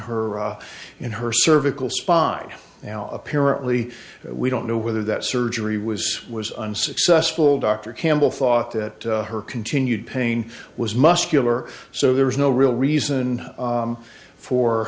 her in her cervical spine now apparently we don't know whether that surgery was was unsuccessful dr campbell thought that her continued pain was muscular so there was no real reason